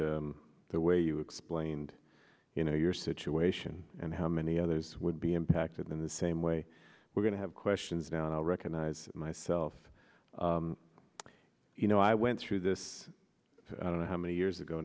the way you explained you know your situation and how many others would be impacted in the same way we're going to have questions now recognize myself you know i went through this i don't know how many years ago